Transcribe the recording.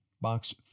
Box